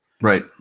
Right